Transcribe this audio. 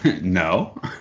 No